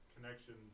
connection